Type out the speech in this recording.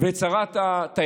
ואת שרת התיירות,